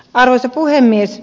arvoisa puhemies